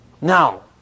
Now